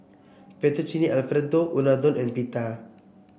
Fettuccine Alfredo Unadon and Pita